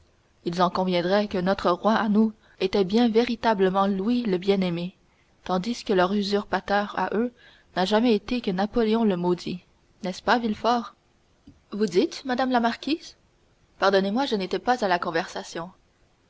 ils en conviendraient que notre roi à nous était bien véritablement louis le bien-aimé tandis que leur usurpateur à eux n'a jamais été que napoléon le maudit n'est-ce pas de villefort vous dites madame la marquise pardonnez-moi je n'étais pas à la conversation